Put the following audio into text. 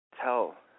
Tell